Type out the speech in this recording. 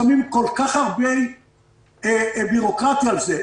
ושמים כל כך הרבה ביורוקרטיה על זה.